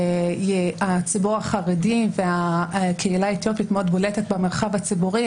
שהציבור החרדי והקהילה האתיופית מאוד בולטים במרחב הציבורי,